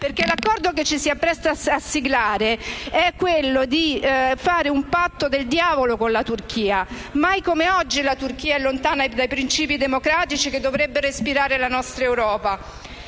perché l'accordo che ci si appresta a siglare è per fare un patto del diavolo con la Turchia. Mai come oggi la Turchia è lontana dai principi democratici che dovrebbero ispirare la nostra Europa.